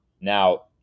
Now